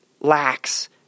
lacks